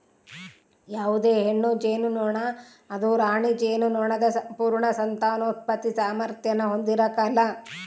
ಯಾವುದೇ ಹೆಣ್ಣು ಜೇನುನೊಣ ಅದು ರಾಣಿ ಜೇನುನೊಣದ ಸಂಪೂರ್ಣ ಸಂತಾನೋತ್ಪತ್ತಿ ಸಾಮಾರ್ಥ್ಯಾನ ಹೊಂದಿರಕಲ್ಲ